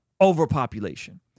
overpopulation